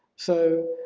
so